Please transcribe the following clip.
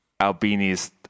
Albini's